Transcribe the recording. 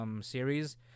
series